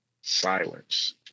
silence